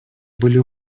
были